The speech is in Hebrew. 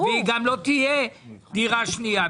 והיא גם לא תהיה דירה שנייה,